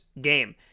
game